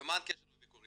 יומן קשר וביקורים,